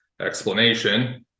explanation